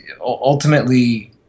ultimately